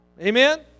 Amen